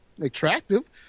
attractive